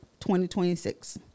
2026